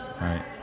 Right